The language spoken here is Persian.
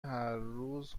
هرروز